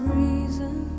reason